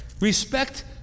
Respect